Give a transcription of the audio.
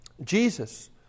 Jesus